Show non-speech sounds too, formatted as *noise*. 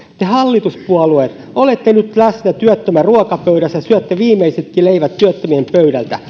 te hallituspuolueet olette nyt läsnä työttömän ruokapöydässä syötte viimeisetkin leivät työttömien pöydältä *unintelligible*